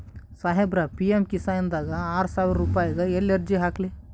ಸಾಹೇಬರ, ಪಿ.ಎಮ್ ಕಿಸಾನ್ ದಾಗ ಆರಸಾವಿರ ರುಪಾಯಿಗ ಎಲ್ಲಿ ಅರ್ಜಿ ಹಾಕ್ಲಿ?